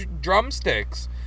drumsticks